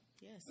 yes